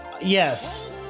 Yes